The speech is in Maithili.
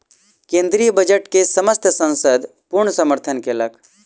केंद्रीय बजट के समस्त संसद पूर्ण समर्थन केलक